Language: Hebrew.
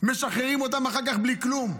משחררים אותם אחר כך בלי כלום.